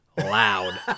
loud